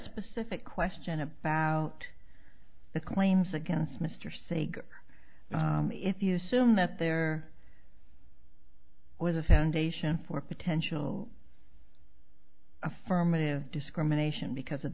specific question about the claims against mr sager if you sume that there was a foundation for potential affirmative discrimination because of